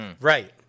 right